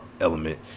element